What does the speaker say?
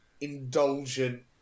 indulgent